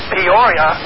Peoria